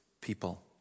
people